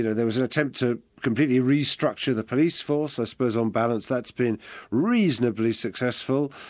you know there was an attempt to completely restructure the police force. i suppose on balance that's been reasonably successful.